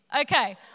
Okay